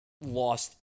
lost